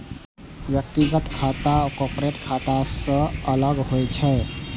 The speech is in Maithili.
व्यक्तिगत खाता कॉरपोरेट खाता सं अलग होइ छै